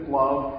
love